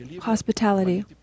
hospitality